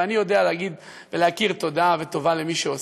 ואני יודע להגיד ולהכיר תודה וטובה למי שעושה,